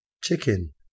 chicken